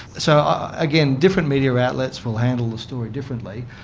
so again, different media outlets will handle the story differently.